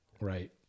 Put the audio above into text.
right